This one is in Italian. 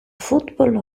football